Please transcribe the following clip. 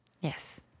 Yes